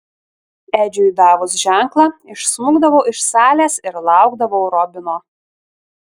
edžiui davus ženklą išsmukdavau iš salės ir laukdavau robino